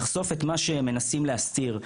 לחשוף את מה שמנסים להסתיר,